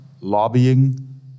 lobbying